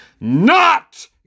Not